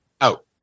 out